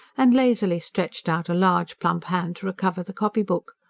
and lazily stretched out a large, plump hand to recover the copybook.